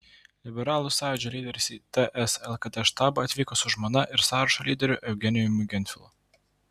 liberalų sąjūdžio lyderis į ts lkd štabą atvyko su žmona ir sąrašo lyderiu eugenijumi gentvilu